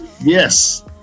Yes